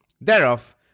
Thereof